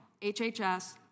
HHS